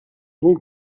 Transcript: molt